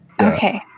okay